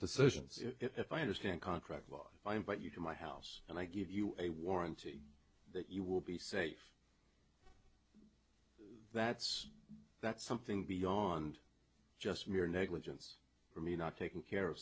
solutions if i understand contract law i mean but you can my house and i give you a warranty that you will be safe that's that's something beyond just your negligence for me not taking care of